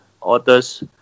authors